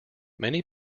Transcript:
many